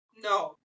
No